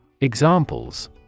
Examples